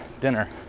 dinner